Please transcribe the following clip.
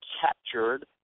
captured